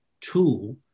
tool